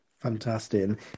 Fantastic